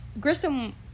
Grissom